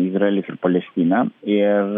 izraelis palestina ir